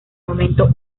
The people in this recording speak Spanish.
momento